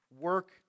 work